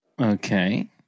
Okay